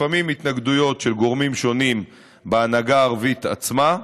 לפעמים התנגדויות של גורמים שונים בהנהגה הערבית עצמה: